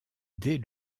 dès